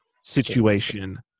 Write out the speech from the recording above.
situation